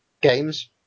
games